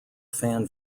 fan